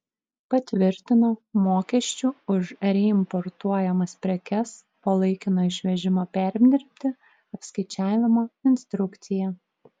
patvirtino mokesčių už reimportuojamas prekes po laikino išvežimo perdirbti apskaičiavimo instrukciją